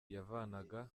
yavanaga